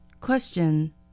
Question